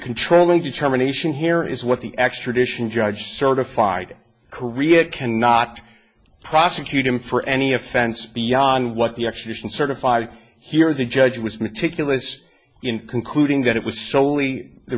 controlling determination here is what the extradition judge certified in korea cannot prosecute him for any offense beyond what the action certified here the judge was meticulous in concluding that it was soley the